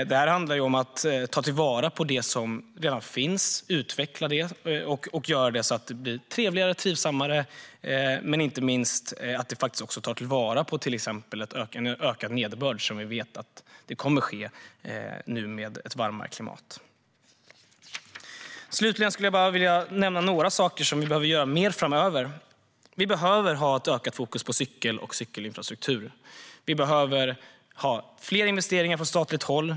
Det här handlar om att ta till vara det som redan finns, utveckla det och göra så att det blir trevligare och trivsammare. Inte minst handlar det om att ta till vara till exempel en ökad nederbörd, som vi vet nu kommer med ett varmare klimat. Slutligen skulle jag bara vilja nämna några saker som vi behöver göra mer framöver. Vi behöver ha ett ökat fokus på cykel och cykelinfrastruktur. Vi behöver ha fler investeringar från statligt håll.